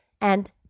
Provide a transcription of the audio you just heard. And